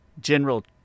general